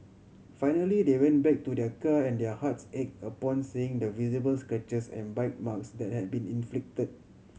finally they went back to their car and their hearts ache upon seeing the visible scratches and bite marks that had been inflicted